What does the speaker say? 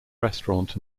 restaurant